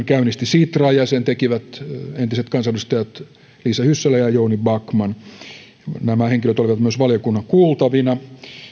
käynnisti sitra ja ja sen tekivät entiset kansanedustajat liisa hyssälä ja jouni backman nämä henkilöt olivat myös valiokunnan kuultavina